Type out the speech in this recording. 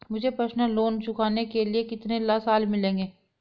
मुझे personal loan चुकाने के लिए कितने साल मिलेंगे?